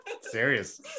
serious